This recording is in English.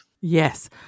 yes